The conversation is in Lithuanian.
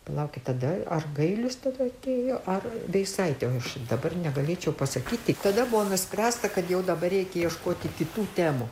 palaukit tada ar gailius tada atėjo ar veisaitė aš dabar negalėčiau pasakyti tada buvo nuspręsta kad jau dabar reikia ieškoti kitų temų